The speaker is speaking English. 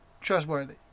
trustworthy